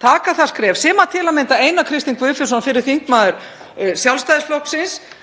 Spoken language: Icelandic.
stíga það skref sem til að mynda Einar Kristinn Guðfinnsson, fyrrum þingmaður Sjálfstæðisflokksins,